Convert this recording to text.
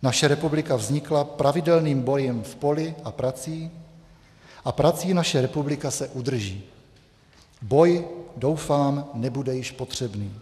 Naše republika vznikla pravidelným bojem v poli a prací a prací naše republika se udrží; boj, doufám, nebude již potřebný.